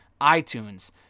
iTunes